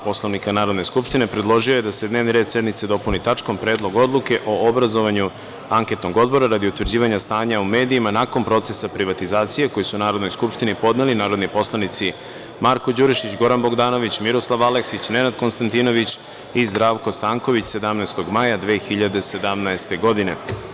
Poslovnika Narodne skupštine, predložio je da se dnevni red sednice dopuni tačkom – Predlog odluke o obrazovanju anketnog odbora radi utvrđivanja stanja u medijima nakon procesa privatizacije, koji su Narodnoj skupštini podneli narodni poslanici Marko Đurišić, Goran Bogdanović, Miroslav Aleksić, Nenad Konstantinović i Zdravko Stanković 17. maja 2017. godine.